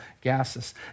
gases